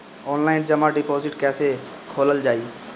Online जमा deposit कैसे खोलल जाइ?